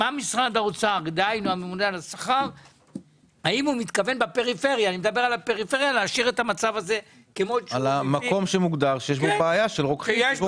האם הממונה על השכר מתכוון להשאיר את המצב כמות שהוא בפריפריה.